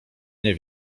nie